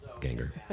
Ganger